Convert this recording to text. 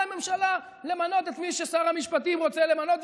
הממשלה למנות את מי ששר המשפטים רוצה למנות,